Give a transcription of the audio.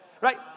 right